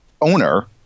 owner